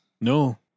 No